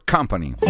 Company